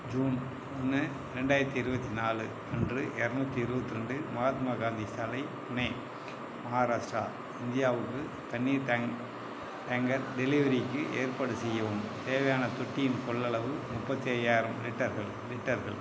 June ஒன்று ரெண்டாயிரத்தி இருபத்தி நாலு அன்று இரநூத்தி இருபத்தி ரெண்டு மகாத்மா காந்தி சாலை புனே மகாராஷ்டிரா இந்தியாவுக்கு தண்ணீர் டேங்க் டேங்கர் டெலிவரிக்கு ஏற்பாடு செய்யவும் தேவையானத் தொட்டியின் கொள்ளளவு முப்பத்தி ஐயாயிரம் லிட்டர்கள் லிட்டர்கள்